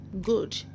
good